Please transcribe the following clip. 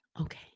Okay